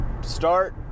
start